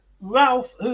Ralph